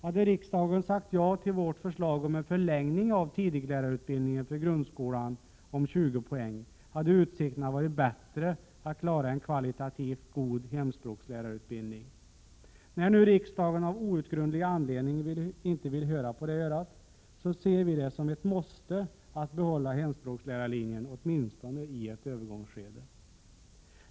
Hade riksdagen sagt ja till vårt förslag om en förlängning av tidig-lärarutbildningen för grundskolan om 20 poäng, hade utsikterna varit bättre att klara en kvalitativt god hemspråkslärarutbildning. När nu riksdagen av outgrundlig anledning inte vill höra på det örat, ser vi det som ett måste att behålla hemspråkslärarlinjen åtminstone i ett övergångsskede.